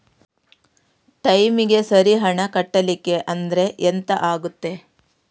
ಟೈಮಿಗೆ ಸರಿ ಹಣ ಕಟ್ಟಲಿಲ್ಲ ಅಂದ್ರೆ ಎಂಥ ಆಗುತ್ತೆ?